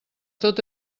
tot